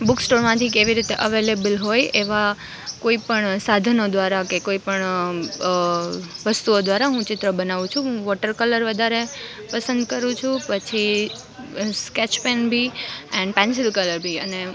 book સ્ટોરમાંથી કે એવી રીતે અવેલેબલ હોય એવાં કોઈપણ સાધનો દ્વારા કે કોઈપણ વસ્તુઓ દ્વારા હું ચિત્ર બનાવું છું હું વોટર કલર વધારે પસંદ કરું છું પછી એ સ્કેચ પેન બી એન્ડ પેન્સિલ કલર બી અને